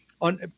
on